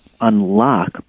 unlock